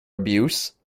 abuse